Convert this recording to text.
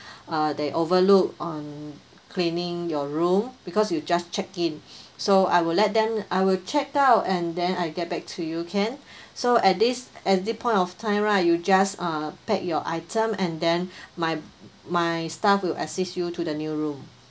uh they overlooked on cleaning your room because you just check in so I will let them I will check out and then I get back to you can so at this at this point of time right you just uh pack your item and then my my staff will assist you to the new room